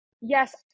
yes